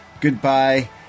Goodbye